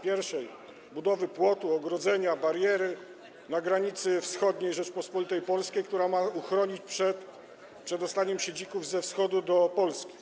Pierwsza to budowa płotu, ogrodzenia, bariery na wschodniej granicy Rzeczypospolitej Polskiej, która ma uchronić przed przedostaniem się dzików ze wschodu do Polski.